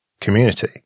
community